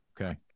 Okay